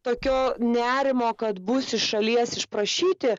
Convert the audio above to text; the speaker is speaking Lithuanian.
tokio nerimo kad bus iš šalies išprašyti